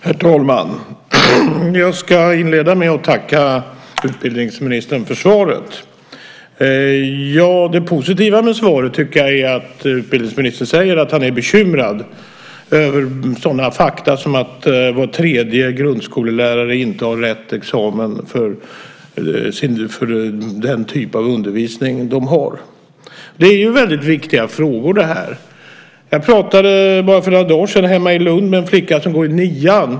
Herr talman! Jag ska inleda med att tacka utbildningsministern för svaret. Det positiva med svaret tycker jag är att utbildningsministern säger att han är bekymrad över ett sådant faktum som att var tredje grundskollärare inte har rätt examen för den typ av undervisning som de lärarna har. Det här är väldigt viktiga frågor. För bara några dagar sedan pratade jag hemma i Lund med en flicka som går i nian.